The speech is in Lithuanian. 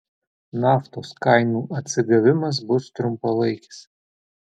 naftos kainų atsigavimas bus trumpalaikis